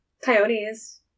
Coyotes